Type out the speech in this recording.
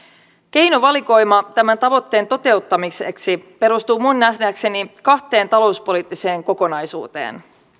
keinovalikoima tämän tavoitteen toteuttamiseksi perustuu minun nähdäkseni kahteen talouspoliittiseen kokonaisuuteen